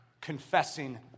Confessing